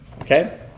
Okay